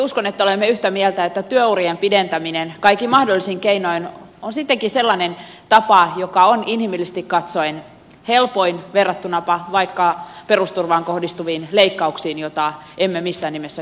uskon että olemme yhtä mieltä siitä että työurien pidentäminen kaikin mahdollisin keinoin on sittenkin sellainen tapa joka on inhimillisesti katsoen helpoin verrattuna vaikkapa perusturvaan kohdistuviin leikkauksiin joita emme missään nimessä keskustana kannata